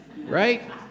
Right